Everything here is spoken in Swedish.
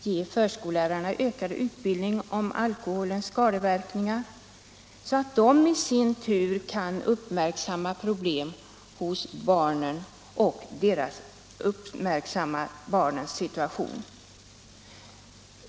Ge förskollärarna ökad utbildning om alkoholens skadeverkningar, så att de i sin tur kan uppmärksamma barnens situation.